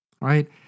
right